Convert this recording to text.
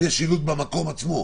אם יש שילוט במקום עצמו.